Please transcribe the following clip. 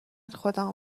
خودمو